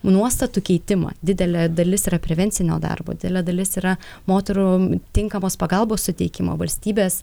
nuostatų keitimą didelė dalis yra prevencinio darbo didelė dalis yra moterų tinkamos pagalbos suteikimo valstybės